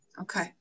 Okay